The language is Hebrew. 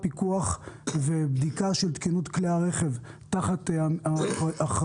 פיקוח ובדיקה של תקינות כלי הרכב שתחת אחריותן.